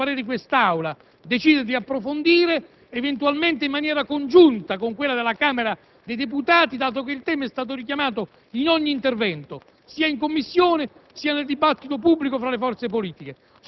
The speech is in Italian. potrebbe, soprattutto se supportata dal parere dell'Aula, decidere di approfondire eventualmente in maniera congiunta con quella della Camera dei deputati, dato che il tema è stato richiamato in ogni intervento, sia in Commissione